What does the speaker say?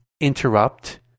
interrupt